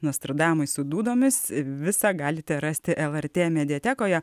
nostradamai su dūdomis visą galite rasti lrt mediatekoje